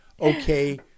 okay